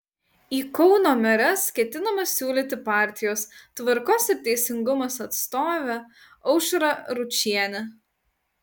į kauno meres ketinama siūlyti partijos tvarkos ir teisingumas atstovę aušrą ručienę